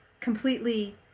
completely